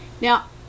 Now